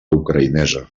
ucraïnesa